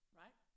right